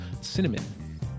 cinnamon